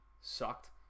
sucked